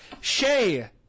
Shay